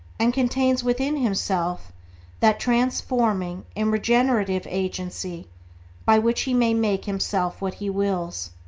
and contains within himself that transforming and regenerative agency by which he may make himself what he wills.